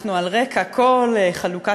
אנחנו על רקע כל חלוקת